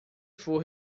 for